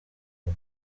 ako